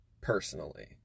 personally